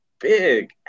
big